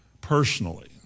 personally